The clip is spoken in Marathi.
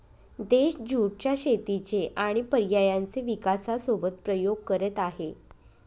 देश ज्युट च्या शेतीचे आणि पर्यायांचे विकासासोबत प्रयोग करत आहे